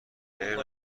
خیر